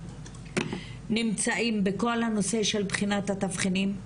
איפה נמצאים בכל הנושא של בחינת התבחינים,